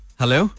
Hello